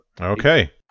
Okay